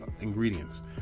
ingredients